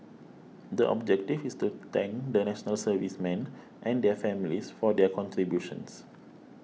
the objective is to thank the National Servicemen and their families for their contributions